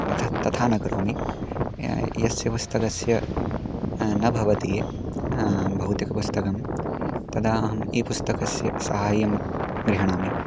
अथ तथा न करोमि यस्य पुस्तकस्य न भवति भौतिकपुस्तकं तदाहम् ई पुस्तकस्य सहायं गृह्णामि